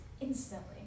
instantly